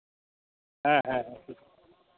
ᱦᱮᱸ ᱦᱮᱸ